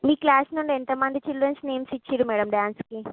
మీ class నుండి ఎంత మంది చిల్డ్రన్ నేమ్స్ ఇచ్చారు మేడం డాన్స్కి